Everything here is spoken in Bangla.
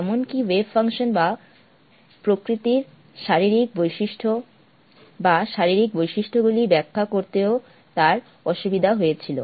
এমন কি ওয়েভ ফাংশন বা প্রকৃতির শারীরিক বৈশিষ্ট্য বা শারীরিক বৈশিষ্ট্যগুলি ব্যাখ্যা করতেও তার অসুবিধা হয়েছিল